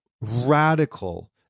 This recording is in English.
radical